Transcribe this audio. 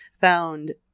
found